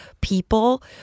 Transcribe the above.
people